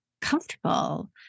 comfortable